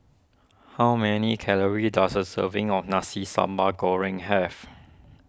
how many calories does a serving of Nasi Sambal Goreng have